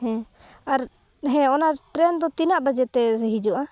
ᱦᱮᱸ ᱟᱨ ᱦᱮᱸ ᱚᱱᱟ ᱴᱨᱮᱹᱱ ᱫᱚ ᱛᱤᱱᱟᱹᱜ ᱵᱟᱡᱮᱛᱮ ᱦᱤᱡᱩᱜᱼᱟ